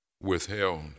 withheld